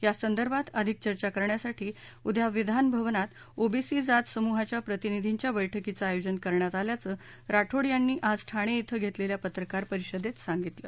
यासंदर्भात अधिक चर्चा करण्यासाठी उद्या विधानभवनात ओबीसी जात समुहांच्या प्रतिनिधींच्या बैठकीचं आयोजन करण्यात आल्यचं राठोड यांनी आज ठाणे इथं घेतलेल्या पत्रकार परिषदेत सांगितलं